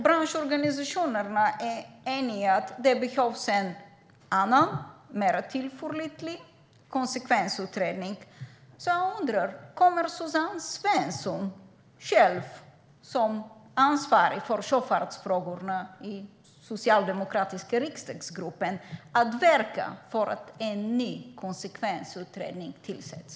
Branschorganisationerna är eniga om att det behövs en annan, mer tillförlitlig, konsekvensutredning. Jag undrar: Kommer Suzanne Svensson själv, som ansvarig för sjöfartsfrågorna i den socialdemokratiska riksdagsgruppen, att verka för att en ny konsekvensutredning tillsätts?